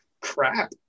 crap